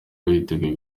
witeguye